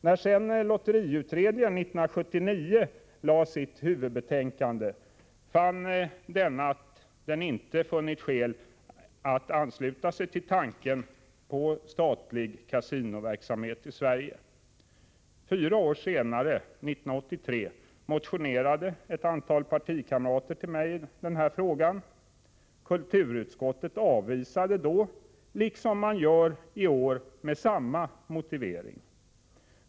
När sedan lotteriutredningen 1979 lade fram sitt huvudbetänkande hade denna inte funnit skäl att ansluta sig till tanken på statlig kasinoverksamhet i Sverige. Fyra år senare, 1983, motionerade ett antal partikamrater till mig i denna fråga. Kulturutskottet avvisade då kravet liksom man gör i år — med samma motivering.